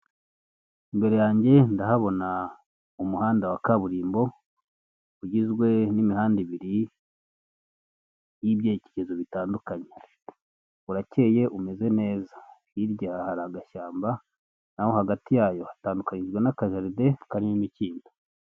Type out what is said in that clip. Imbere yange ndahabona umuhanda wa kaburimbo ugizwe n'imihanda bibiri, n'ibyerekezo bitandukanye. Urakeye umeze neza hirya hari agashyamba, naho hagati yayo hatandukanyijwe n'akajaride karimo imikindo.